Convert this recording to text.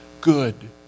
good